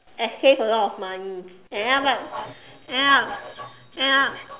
exchange a lot of money and end up right end up end up